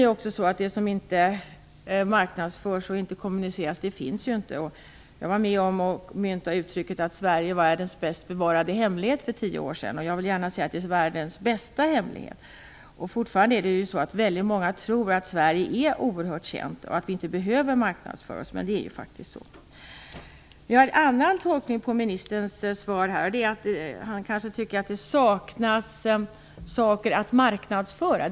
Det som inte marknadsförs finns ju inte. Jag var med om att för tio år sedan mynta uttrycket att Sverige är världens bäst bevarade hemlighet. Jag vill säga att det är världens bästa hemlighet. Fortfarande tror väldigt många att Sverige är oerhört känt och att Sverige inte behöver någon marknadsföring, men det behövs faktiskt. Jag har en annan tolkning av ministerns svar. Han kanske tycker att det saknas saker att marknadsföra.